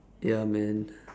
ya man